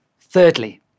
Thirdly